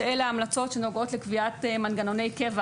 שאלה ההמלצות שנוגעות לקביעת מנגנוני קבע